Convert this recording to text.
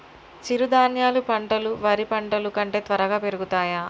చిరుధాన్యాలు పంటలు వరి పంటలు కంటే త్వరగా పెరుగుతయా?